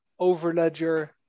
Overledger